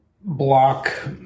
block